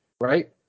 right